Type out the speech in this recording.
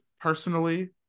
Personally